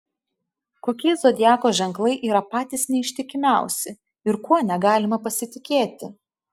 kokie zodiako ženklai yra patys neištikimiausi ir kuo negalima pasitikėti